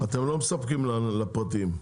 אתם לא מספקים לפרטיים?